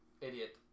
Idiot